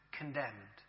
condemned